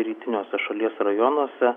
rytiniuose šalies rajonuose